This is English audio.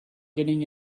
getting